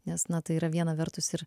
nes na tai yra viena vertus ir